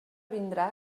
vindrà